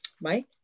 Mike